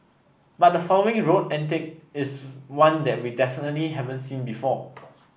but the following road antic is one that we definitely haven't seen before